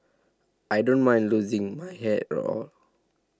I don't mind losing my hair at all